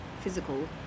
physical